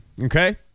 okay